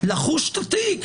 לחוש את התיק.